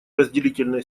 разделительная